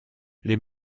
les